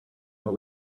what